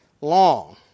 Long